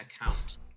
account